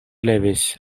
levis